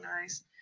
nice